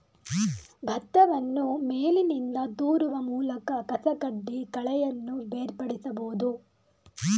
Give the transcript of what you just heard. ಭತ್ತವನ್ನು ಮೇಲಿನಿಂದ ತೂರುವ ಮೂಲಕ ಕಸಕಡ್ಡಿ ಕಳೆಯನ್ನು ಬೇರ್ಪಡಿಸಬೋದು